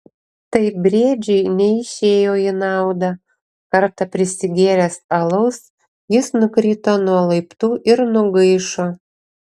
tai briedžiui neišėjo į naudą kartą prisigėręs alaus jis nukrito nuo laiptų ir nugaišo